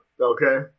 Okay